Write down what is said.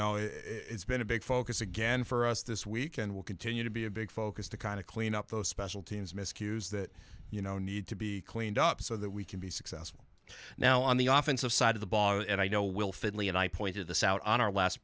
know it's been a big focus again for us this week and will continue to be a big focus to kind of clean up those special teams miscues that you know need to be cleaned up so that we can be successful now on the office of side of the ball and i know we'll finley and i pointed this out on our last